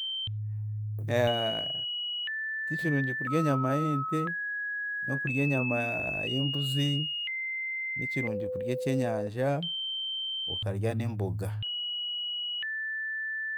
Tikirungi kurya enyama y'ente, n'okurya enyama y'embuzi. Nikirungi kurya ekyenyanja, okarya n'emboga.